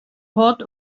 port